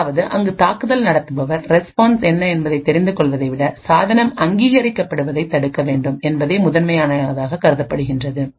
அதாவதுஅங்கு தாக்குதல் நடத்துபவர் ரெஸ்பான்ஸ் என்ன என்பதைக் தெரிந்து கொள்வதைவிட சாதனம் அங்கீகரிக்கப்படுவதைத் தடுக்க வேண்டும் என்பதே முதன்மையாகக் கருதப்படுகிறது